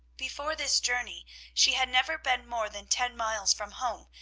before this journey she had never been more than ten miles from home,